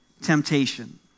temptation